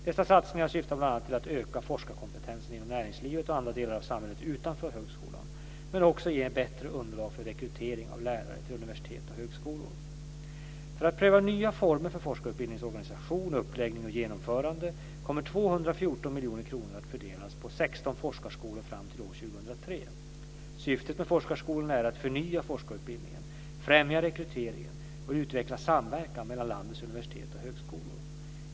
Dessa satsningar syftar bl.a. till att öka forskarkompetensen inom näringslivet och andra delar av samhället utanför högskolan, men ger också ett bättre underlag för rekrytering av lärare till universiteten och högskolorna. För att pröva nya former för forskarutbildningens organisation, uppläggning och genomförande kommer 214 miljoner kronor att fördelas på 16 forskarskolor fram t.o.m. år 2003. Syftet med forskarskolorna är att förnya forskarutbildningen, främja rekryteringen och utveckla samverkan mellan landets universitet och högskolor.